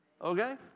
Okay